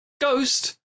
Ghost